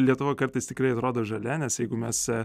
lietuva kartais tikrai atrodo žalia nes jeigu mes